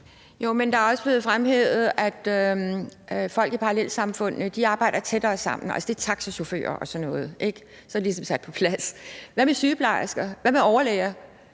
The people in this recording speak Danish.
Jo, men det er også blevet fremhævet, at folk i parallelsamfundene arbejder tættere sammen. Altså, de er taxachauffører og sådan noget, ikke? Så er det ligesom sat på plads. Hvad med sygeplejersker? Hvad med overlæger?